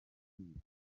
n’iki